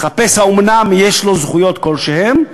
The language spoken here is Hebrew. לחפש האומנם יש לו זכויות כלשהן.